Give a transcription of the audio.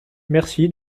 merci